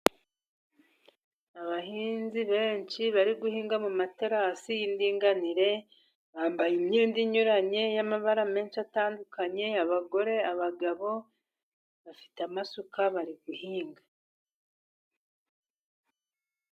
Abahinzi benshi bari guhinga mu materasi y'indinganire, bambaye imyenda inyuranye y'amabara menshi atandukanye, abagore, abagabo, bafite amasuka, bari guhinga.